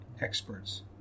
experts